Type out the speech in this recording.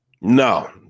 No